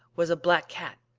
was a black cat.